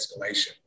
escalation